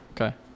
Okay